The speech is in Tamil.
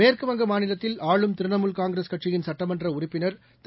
மேற்குவங்க மாநிலத்தில் ஆளும் திரிணாமூல் காங்கிரஸ் கட்சியின் சட்டமன்றஉறுப்பினர் திரு